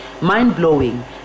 mind-blowing